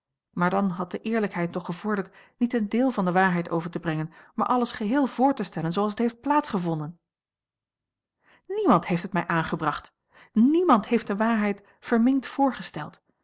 maar dan had de eera l g bosboom-toussaint langs een omweg lijkheid toch gevorderd niet een deel van de waarheid over te brengen maar alles geheel voor te stellen zooals het heeft plaats gevonden niemand heeft het mij aangebracht niemand heeft de waarheid verminkt voorgesteld